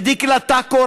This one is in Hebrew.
לדקלה טקו,